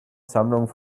sammlung